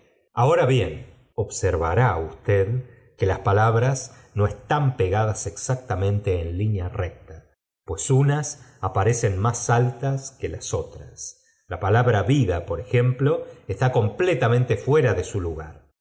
ahora bien observará ueted que las palabras no están pegadas exactamente en línea recta pues unas aparecen más altas que las otras la palabra vida por ejemplo está completamente fuera de su lugar